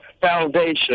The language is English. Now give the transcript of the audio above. foundation